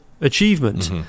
achievement